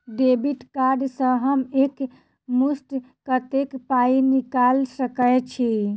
Debit card सँ हम एक मुस्त कत्तेक पाई निकाल सकय छी?